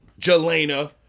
Jelena